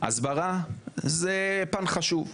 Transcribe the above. הסברה זה עניין חשוב.